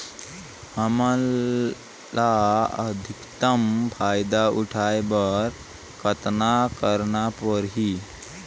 हमला अधिकतम फायदा उठाय बर कतना करना परही?